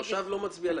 תושב לא מצביע לכנסת.